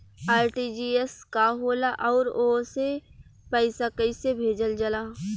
RTGS का होला आउरओ से पईसा कइसे भेजल जला?